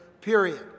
period